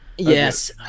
Yes